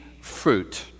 fruit